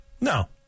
No